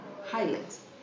highlights